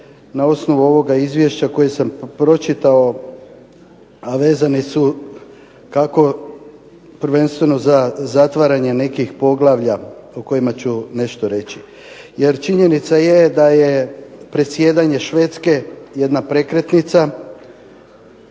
na osnovu ovog izvješća koje sam pročitao a vezani su kako prvenstveno za zatvaranje nekih poglavlja o kojima ću nešto reći. Jer činjenica je da je predsjedanje Švedske jedna prekretnica,